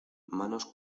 manos